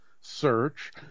search